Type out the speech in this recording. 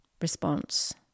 response